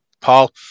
Paul